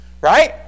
right